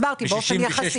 הסברתי, באופן יחסי.